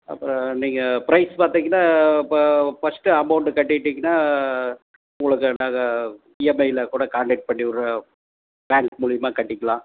அப்புறம் நீங்கள் பிரைஸ் பார்த்தீங்கன்னா இப்போ ஃபர்ஸ்டு அமோண்டு கட்டிட்டீங்கன்னால் உங்களுக்கு நாங்கள் இஎம்ஐயில் கூட காண்டாக்ட் பண்ணி விடற பேங்க் மூலயமா கட்டிக்கலாம்